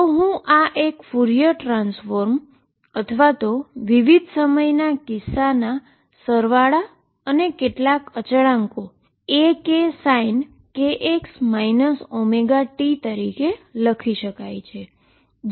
તો આ હું ફુરિયર ટ્રાન્સફોર્મ અથવા વિવિધ સમયના કિસ્સાના સરવાળા અને કેટલાક કોન્સટન્ટ AkSinkx ωt તરીકે લખી શકાય